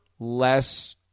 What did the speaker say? less